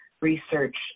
research